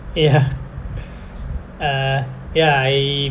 ya uh ya I